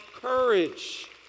courage